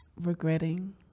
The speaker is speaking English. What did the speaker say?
Regretting